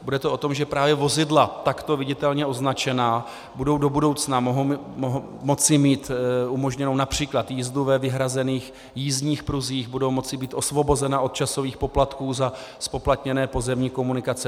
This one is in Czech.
Bude to o tom, že právě vozidla takto viditelně označená budou do budoucna moci mít umožněnu např. jízdu ve vyhrazených jízdních pruzích, budou moci být osvobozena od časových poplatků za zpoplatněné pozemní komunikace.